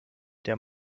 der